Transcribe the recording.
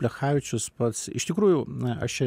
plechavičius pats iš tikrųjų na aš čia